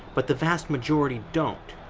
but the vast majority don't.